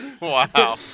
Wow